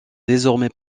désormais